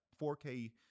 4K